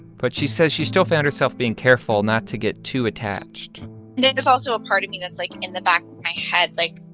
but she says she still found herself being careful not to get too attached there is also a part of me that's, like, in the back of my head like,